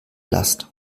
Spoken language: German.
last